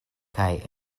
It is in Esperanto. kaj